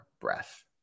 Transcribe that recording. Breath